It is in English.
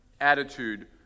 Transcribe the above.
attitude